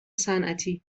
صنعتی